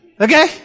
Okay